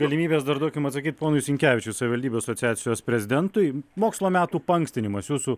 galimybes dar duokim atsakyt ponui sinkevičiui savivaldybių asociacijos prezidentui mokslo metų paankstinimas jūsų